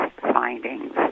findings